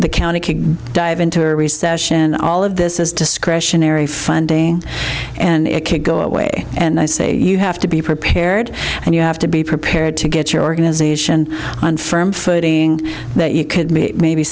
the county could dive into a recession all of this is discretionary funding and it could go away and i say you have to be prepared and you have to be prepared to get your organization on firm footing that you could be maybe